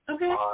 Okay